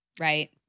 right